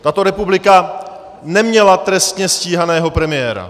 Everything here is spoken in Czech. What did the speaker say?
Tato republika neměla trestně stíhaného premiéra.